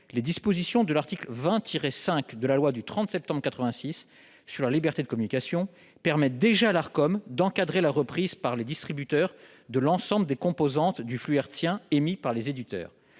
les dispositions de l'article 20-5 de la loi du 30 septembre 1986 relative à la liberté de communication permettent déjà à l'Arcom d'encadrer la reprise par les distributeurs de l'ensemble des composantes du flux hertzien émis par les éditeurs.